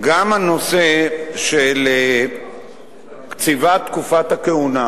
גם הנושא של קציבת תקופה הכהונה,